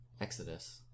Exodus